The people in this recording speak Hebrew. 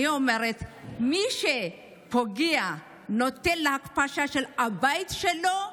אני אומרת שמי שפוגע ונוטה להכפשה של הבית שלו,